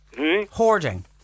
Hoarding